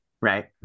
Right